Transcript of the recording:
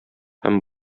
һәм